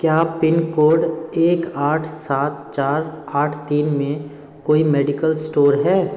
क्या pin code एक आठ सात चार आठ तीन में कोई मेडिकल इस्टोर है